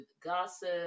gossip